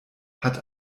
hat